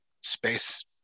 space